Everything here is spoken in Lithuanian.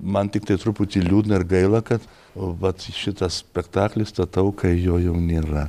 man tiktai truputį liūdna gaila kad vat šitą spektaklį statau kai jo jau nėra